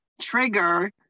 trigger